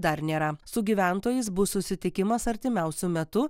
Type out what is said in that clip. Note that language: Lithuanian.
dar nėra su gyventojais bus susitikimas artimiausiu metu